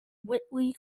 whitley